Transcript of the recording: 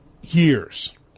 years